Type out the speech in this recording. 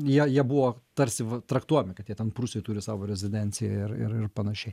jie jie buvo tarsi v traktuojami kad jie ten prūsijoj turi savo rezidenciją ir ir panašiai